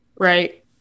Right